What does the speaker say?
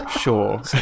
sure